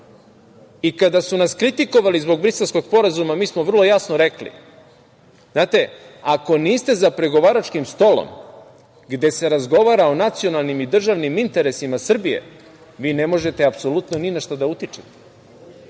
Kada su nas kritikovali zbog Briselskog sporazuma mi smo vrlo jasno rekli – ako niste za pregovaračkim stolom gde se razgovara o nacionalnim i državnim interesima Srbije, vi ne možete apsolutno ni na šta da utičete.